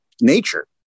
nature